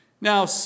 Now